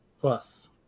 Plus